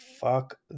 Fuck